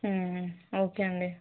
okay అండి